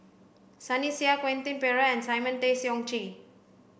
Sunny Sia Quentin Pereira and Simon Tay Seong Chee